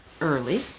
early